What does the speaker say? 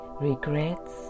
regrets